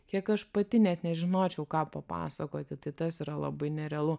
kiek aš pati net nežinočiau ką papasakoti tai tas yra labai nerealu